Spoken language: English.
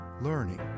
learning